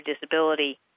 disability